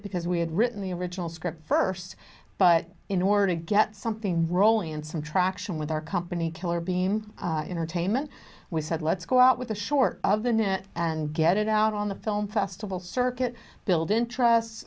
decided because we had written the original script first but in order to get something rolling and some traction with our company killer beam intertainment we said let's go out with the short of the net and get it out on the film festival circuit build interest